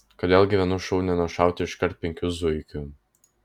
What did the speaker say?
kodėl gi vienu šūviu nenušauti iškart penkių zuikių